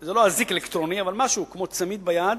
זה לא אזיק אלקטרוני אבל משהו כמו צמיד על היד,